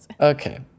Okay